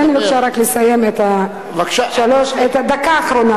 תן לי בבקשה רק לסיים את הדקה אחרונה,